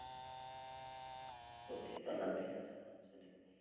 ᱯᱩᱛᱷᱤ ᱛᱟᱞᱟᱛᱮ